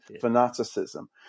fanaticism